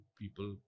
people